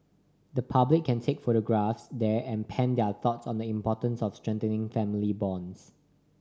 the public can take photographs there and pen their thoughts on the importance of strengthening family bonds